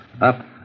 up